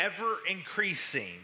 ever-increasing